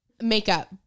makeup